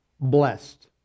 blessed